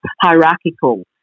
hierarchical